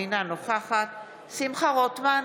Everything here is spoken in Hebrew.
אינה נוכחת שמחה רוטמן,